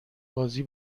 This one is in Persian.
بازی